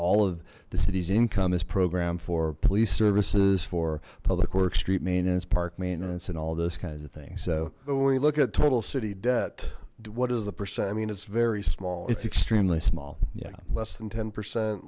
all of the city's income is programmed for police services for public works street maintenance park maintenance and all those kinds of things so we look at total city debt what does the percent mean it's very small it's extremely small yeah less than ten percent